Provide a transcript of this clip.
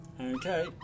Okay